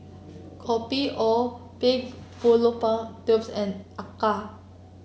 Kopi O Pig Fallopian Tubes and Acar